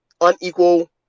unequal